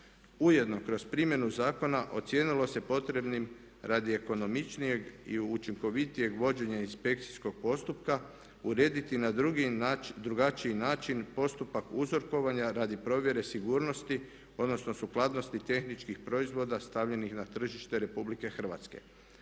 Ujedno kroz primjenu zakona ocijenilo se potrebnim radi ekonomičnijeg i učinkovitijeg vođenja inspekcijskog postupka urediti na drugi način, drugačiji način postupak uzorkovanja radi provjere sigurnosti, odnosno sukladnosti tehničkih proizvoda stavljenih na tržište Republike Hrvatske.